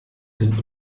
sind